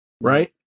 Right